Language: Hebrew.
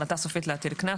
"החלטה סופית להטיל קנס",